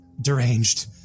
deranged